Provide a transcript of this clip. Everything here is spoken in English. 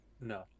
no